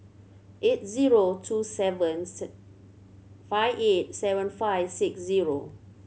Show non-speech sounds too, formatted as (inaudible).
eight zero two seven (unintelligible) five eight seven five six zero